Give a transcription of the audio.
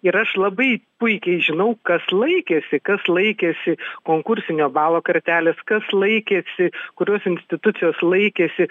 ir aš labai puikiai žinau kas laikėsi kas laikėsi konkursinio balo kartelės kas laikėsi kurios institucijos laikėsi